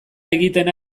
egiten